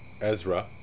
Ezra